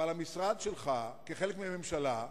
אבל המשרד שלך, כחלק מהממשלה,